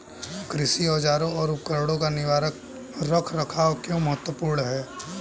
कृषि औजारों और उपकरणों का निवारक रख रखाव क्यों महत्वपूर्ण है?